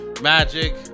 Magic